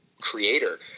creator